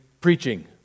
preaching